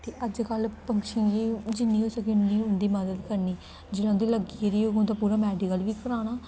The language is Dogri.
ते अजकल्ल पंछियें गी जिन्नी होई सकै उ'न्नी उं'दी मदद करनी जियां कि लग्गी गेदी होग उं'दा पूरा मैडिकल बी कराना